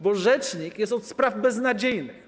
Bo rzecznik jest od spraw beznadziejnych.